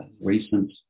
recent